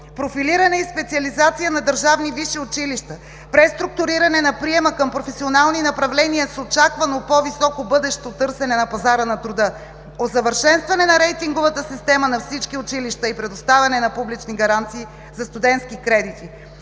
Профилиране и специализация на държавни висши училища, преструктуриране на приема към професионални направления с очаквано по-високо бъдещо търсене на пазара на труда. Усъвършенстване на рейтинговата система на всички училища и предоставяне на публични гаранции за студентски кредити.